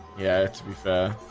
yeah to be fair